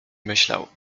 myślał